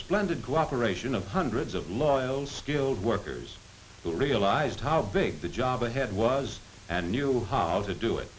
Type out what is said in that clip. splendid cooperation of hundreds of loyal skilled workers the real ised how big the job ahead was and knew how to do it